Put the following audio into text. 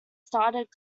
started